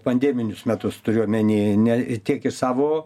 pandeminius metus turiu omeny ne tiek iš savo